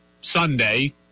sunday